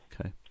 Okay